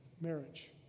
Marriage